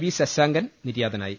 V Sasankan നിര്യാതനായി